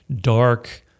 dark